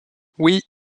oui